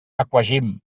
aquagym